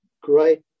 great